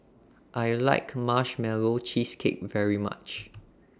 I like Marshmallow Cheesecake very much